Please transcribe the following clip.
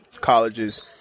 colleges